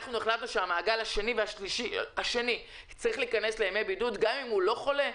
החלטנו שהמעגל השני צריך להיכנס לימי בידוד גם אם הוא לא חולה,